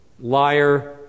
liar